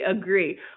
agree